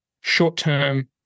short-term